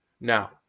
Now